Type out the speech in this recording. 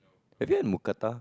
have you had Mookata